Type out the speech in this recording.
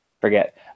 Forget